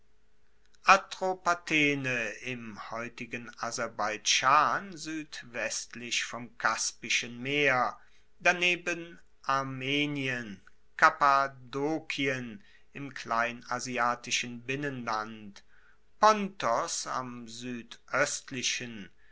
atropatene im heutigen aserbeidschan suedwestlich vom kaspischen meer daneben armenien kappadokien im kleinasiatischen binnenland pontos am